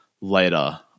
later